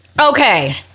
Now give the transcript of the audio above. Okay